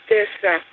Tessa